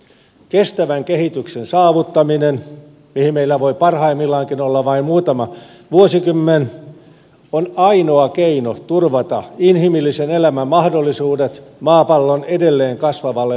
kestävän kehityksen saavuttaminen mihin meillä voi parhaimmillaankin olla vain muutama vuosikymmen on ainoa keino turvata inhimillisen elämän mahdollisuudet maapallon edelleen kasvavalle väestölle